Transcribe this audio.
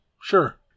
Sure